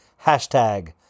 hashtag